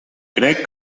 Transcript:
crec